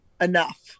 enough